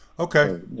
Okay